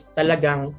talagang